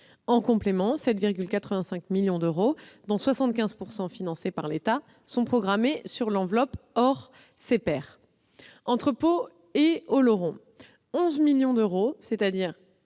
En complément, 7,85 millions d'euros, dont 75 % financés par l'État, sont programmés au titre d'une enveloppe hors CPER. Entre Pau et Oloron, 11 millions d'euros vont être